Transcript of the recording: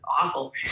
awful